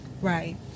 Right